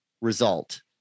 result